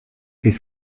est